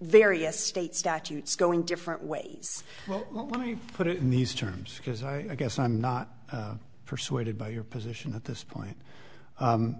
various state statutes going different ways when you put it in these terms because i guess i'm not persuaded by your position at this point